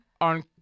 on